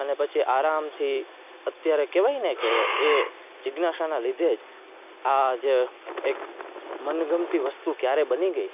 અને પછી આરામથી અત્યારે કહેવાય ને કે એ જિજ્ઞાસાનાં લીધે જ આ જે એક મનગમતી વસ્તુ ક્યારે બની ગઈ